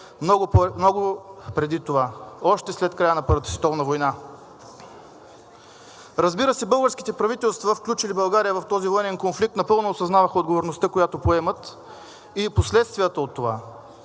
много преди това, още след края на Първата световна война. Разбира се, българските правителства, включили България в този военен конфликт, напълно осъзнаваха отговорността, която поемат, и последствията от това.